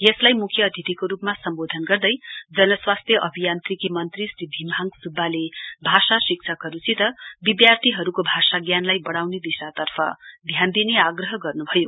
यसलाई मुख्य अतिथिको रूपमा सम्बोधन गर्दै जनस्वास्थ्य अभियान्त्रिकी मन्त्री श्री भीम हाङ सुब्बाले भाषा शिक्षकहरूसित विद्यार्थीहरूको भाषा ज्ञानलाई बढाउने दिशातर्फ ध्यान दिने आग्रह गर्नु भयो